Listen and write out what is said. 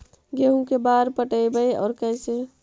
गेहूं के बार पटैबए और कैसे?